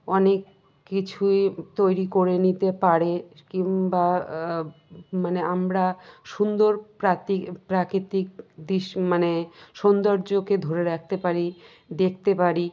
অনেক কিছুই তৈরি করে নিতে পারে কিংবা মানে আমরা সুন্দর প্রাকৃতিক দৃশ্য মানে সৌন্দর্যকে ধরে রাখতে পারি দেখতে পারি